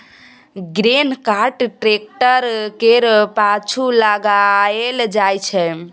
grain cart tractor केर पाछु लगाएल जाइ छै